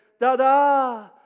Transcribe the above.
Da-da